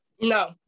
No